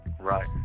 Right